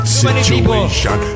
situation